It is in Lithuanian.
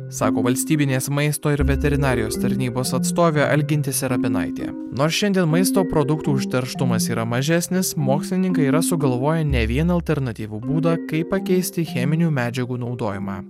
sako valstybinės maisto ir veterinarijos tarnybos atstovė algintė serapinaitė nors šiandien maisto produktų užterštumas yra mažesnis mokslininkai yra sugalvoję ne vieną alternatyvų būdą kaip pakeisti cheminių medžiagų naudojimą